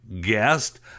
guest